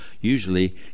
usually